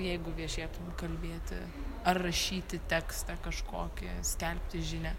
jeigu viešėtum kalbėti ar rašyti tekstą kažkokį skelbti žinią